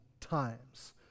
times